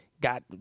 got